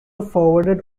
forwarded